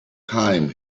time